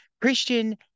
Christian